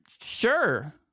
Sure